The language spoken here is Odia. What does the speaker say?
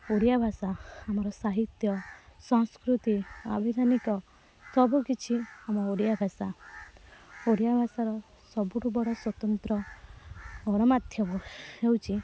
ଓଡ଼ିଆ ଭାଷା ଆମର ସାହିତ୍ୟ ସଂସ୍କୃତି ଆଭିଧାନିକ ସବୁକିଛି ଆମ ଓଡ଼ିଆ ଭାଷା ଓଡ଼ିଆ ଭାଷାର ସବୁଠୁ ବଡ଼ ସ୍ୱତନ୍ତ୍ର ଗଣମାଧ୍ୟମ ହେଉଛି